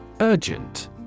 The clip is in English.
Urgent